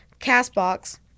Castbox